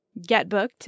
getbooked